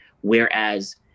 Whereas